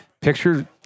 picture